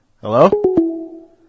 Hello